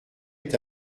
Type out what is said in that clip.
est